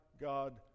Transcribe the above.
God